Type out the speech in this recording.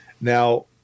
Now